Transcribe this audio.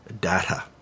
data